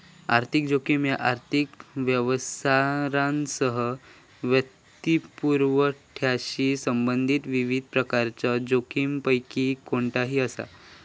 आर्थिक जोखीम ह्या आर्थिक व्यवहारांसह वित्तपुरवठ्याशी संबंधित विविध प्रकारच्यो जोखमींपैकी कोणताही असा